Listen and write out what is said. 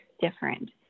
different